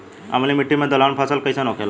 अम्लीय मिट्टी मे दलहन फसल कइसन होखेला?